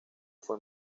fue